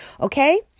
okay